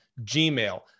Gmail